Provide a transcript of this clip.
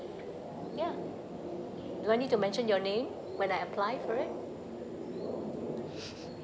ya do I need to mention your name when I apply for it